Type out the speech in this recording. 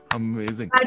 amazing